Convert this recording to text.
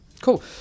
Cool